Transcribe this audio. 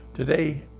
Today